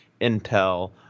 Intel